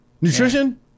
Nutrition